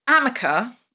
Amica